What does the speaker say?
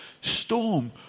storm